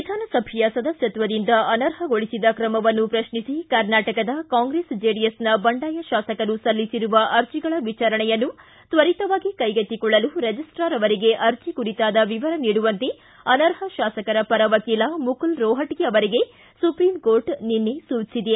ವಿಧಾನಸಭೆಯ ಸದಸ್ಟತ್ವದಿಂದ ಅನರ್ಹಗೊಳಿಸಿದ ಕ್ರಮವನ್ನು ಪ್ರಶ್ನಿಸಿ ಕರ್ನಾಟಕದ ಕಾಂಗ್ರೆಸ್ ಜೆಡಿಎಸ್ನ ಬಂಡಾಯ ಶಾಸಕರು ಸಲ್ಲಿಸಿರುವ ಅರ್ಜಿಗಳ ವಿಚಾರಣೆಯನ್ನು ತ್ವರಿತವಾಗಿ ಕೈಗೆತ್ತಿಕೊಳ್ಳಲು ರಿಜಿಸ್ಟಾರ್ ಅವರಿಗೆ ಅರ್ಜಿ ಕುರಿತಾದ ವಿವರ ನೀಡುವಂತೆ ಅನರ್ಹ ಶಾಸಕರ ಪರ ವಕೀಲ ಮುಕುಲ್ ರೋಹಟಗಿ ಅವರಿಗೆ ಸುಪ್ರೀಂ ಕೋರ್ಟ್ ನಿನ್ನೆ ಸೂಚಿಸಿದೆ